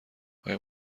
آیا